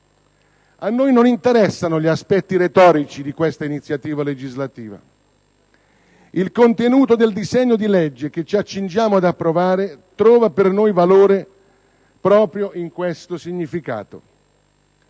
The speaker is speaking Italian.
A noi non interessano gli aspetti retorici di questa iniziativa legislativa; il contenuto del disegno di legge che ci accingiamo ad approvare trova per noi valore proprio in questo significato: